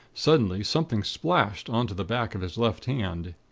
suddenly, something splashed on to the back of his left hand.